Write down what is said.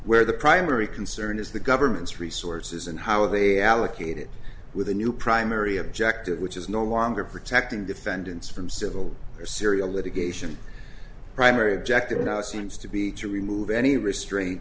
where the primary concern is the government's resources and how they allocate it with a new primary objective which is no longer protecting defendants from civil syria litigation primary objective seems to be to remove any restraint